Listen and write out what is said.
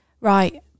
Right